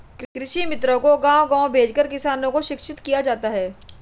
कृषि मित्रों को गाँव गाँव भेजकर किसानों को शिक्षित किया जाता है